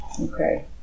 Okay